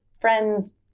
friends